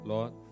Lord